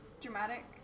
dramatic